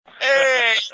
Hey